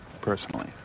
personally